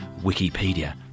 Wikipedia